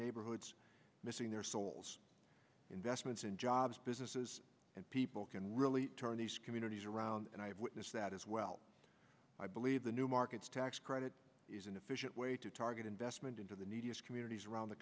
neighborhoods missing their souls investments in jobs businesses and people can really turn these communities around and i have witnessed that as well i believe the new markets tax credit is an efficient way to target investment into the neediest communities around the